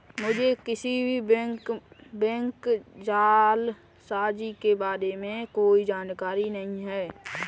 मुझें किसी भी बैंक जालसाजी के बारें में कोई जानकारी नहीं है